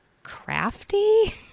crafty